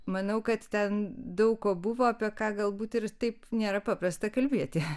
manau kad ten daug ko buvo apie ką galbūt ir taip nėra paprasta kalbėti